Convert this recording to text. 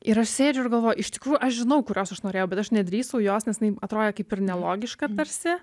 ir aš sėdžiu ir galvoju iš tikrųjų aš žinau kurios aš norėjau bet aš nedrįsau jos nes jinai atrodė kaip ir nelogiška tarsi